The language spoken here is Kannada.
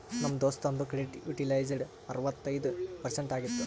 ನಮ್ ದೋಸ್ತುಂದು ಕ್ರೆಡಿಟ್ ಯುಟಿಲೈಜ್ಡ್ ಅರವತ್ತೈಯ್ದ ಪರ್ಸೆಂಟ್ ಆಗಿತ್ತು